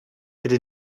bitte